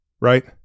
right